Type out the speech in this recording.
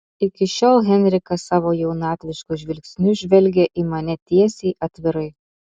iki šiol henrikas savo jaunatvišku žvilgsniu žvelgė į mane tiesiai atvirai